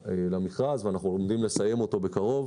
למכרז ואנחנו עומדים לסיים אותו בקרוב.